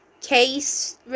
case